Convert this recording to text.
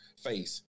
face